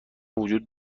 وجود